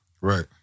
Right